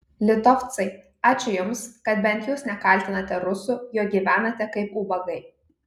litovcai ačiū jums kad bent jūs nekaltinate rusų jog gyvenate kaip ubagai